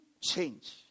change